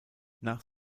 nach